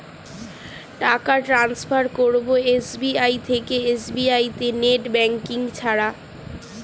টাকা টান্সফার করব এস.বি.আই থেকে এস.বি.আই তে নেট ব্যাঙ্কিং ছাড়া?